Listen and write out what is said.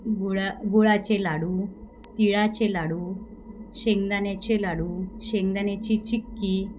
गुळा गुळाचे लाडू तिळाचे लाडू शेंगदाण्याचे लाडू शेंगदाण्याची चिक्की